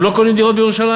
הם לא קונים דירות בירושלים?